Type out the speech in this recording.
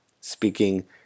speaking